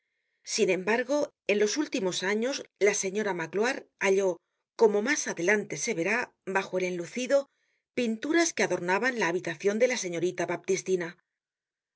sin embargo en los últimos años la señora magloire halló como mas adelante se verá bajo el enlucido pinturas que adornaban la habitacion de la señorita baptistina